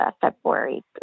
February